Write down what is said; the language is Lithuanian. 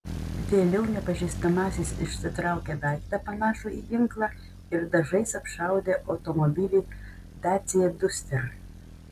vėliau nepažįstamasis išsitraukė daiktą panašų į ginklą ir dažais apšaudė automobilį dacia duster